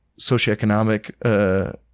socioeconomic